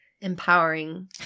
empowering